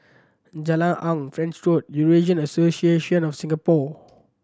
Jalan Awang French Road Eurasian Association of Singapore